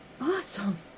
Awesome